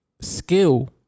Skill